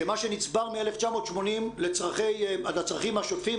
שמה שנצטבר מ-1980 לצרכים השוטפים,